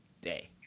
day